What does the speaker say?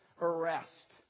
arrest